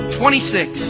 twenty-six